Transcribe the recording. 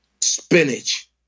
Spinach